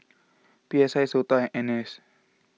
P S I Sota and N S